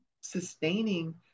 sustaining